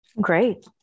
Great